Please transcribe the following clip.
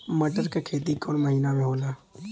मटर क खेती कवन महिना मे होला?